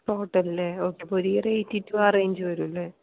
ടോട്ടാലല്ലേ okay അപ്പോൾ ഒരു year eighty two ആ റെയ്ഞ്ച് വരുമല്ലേ